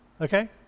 Okay